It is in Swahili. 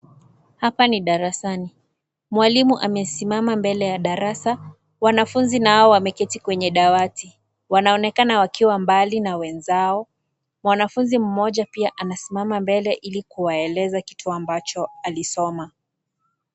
Hapa ni darasani. Mwalimu amesimama mbele ya darasa. Wanafunzi nao wameketi kwenye dawati. Wanaonekana wakiwa mbali na wenzao. Mwanafunzi mmoja pia anasimama mbele ili kuwaeleza kitu ambacho alisoma.